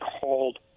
called